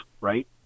right